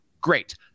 Great